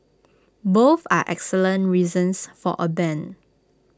both are excellent reasons for A ban